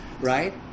Right